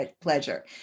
pleasure